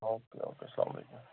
او کے okay اَسَلامُ علیکُم